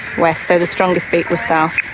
west. so the strongest beat was south.